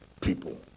people